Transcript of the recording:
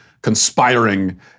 conspiring